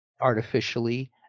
artificially